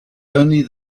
only